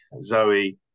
Zoe